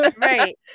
right